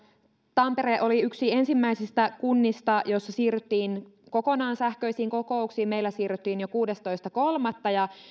tampere oli yksi ensimmäisistä kunnista joissa siirryttiin kokonaan sähköisiin kokouksiin meillä siirryttiin jo kuudestoista kolmatta